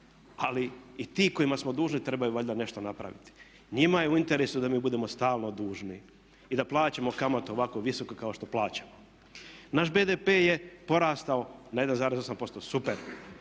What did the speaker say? ali i ti kojima smo dužni trebaju valjda nešto napraviti. Njima je u interesu da mi budemo stalno dužni i da plaćamo kamate ovako visoke kao što plaćamo. Naš BDP je porastao na 1,8%. Super.